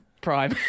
prime